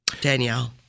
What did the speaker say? Danielle